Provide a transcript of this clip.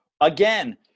Again